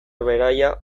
beraia